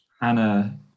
Anna